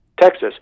Texas